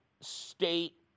state